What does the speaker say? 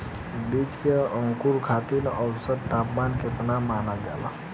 बीज के अंकुरण खातिर औसत तापमान केतना मानल जाला?